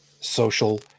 social